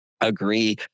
agree